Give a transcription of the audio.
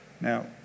Now